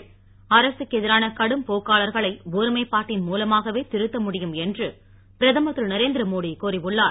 ் அரசுக்கு எதிரான கடும் போக்காளர்களை ஒருமைப்பாட்டின் மூலமாகவே திருத்த முடியும் என்று பிரதமர் திருநரேந்திரமோடி கூறியுளார்